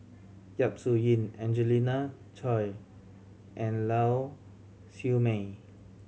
Yap Su Yin Angelina Choy and Lau Siew Mei